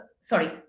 sorry